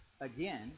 again